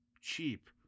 cheap